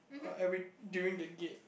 uh every during the gait